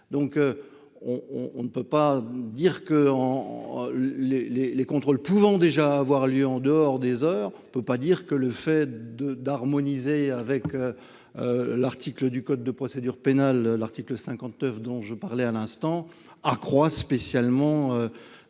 On on ne peut pas dire que en en. Les les les contrôles pouvant déjà avoir lieu en dehors des heures, on ne peut pas dire que le fait de, d'harmoniser avec. L'article du code de procédure pénale. L'article 59 dont je parlais à l'instant accroît spécialement.